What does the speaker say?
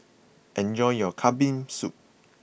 enjoy your Kambing Soup